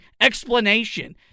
explanation